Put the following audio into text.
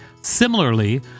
similarly